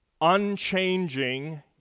unchanging